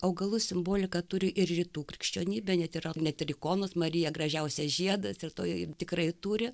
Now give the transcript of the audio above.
augalų simboliką turi ir rytų krikščionybė net yra net ir ikonos marija gražiausias žiedas ir toj tikrai turi